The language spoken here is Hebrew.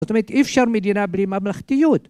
זאת אומרת אי אפשר מדינה בלי ממלכתיות.